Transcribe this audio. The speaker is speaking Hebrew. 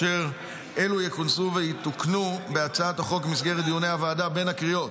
ואלו יכונסו ויתוקנו בהצעת החוק במסגרת דיוני הוועדה בין הקריאות.